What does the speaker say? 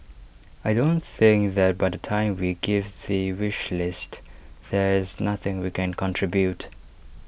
I don't think that by the time we give the wish list there is nothing we can contribute